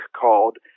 called